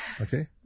Okay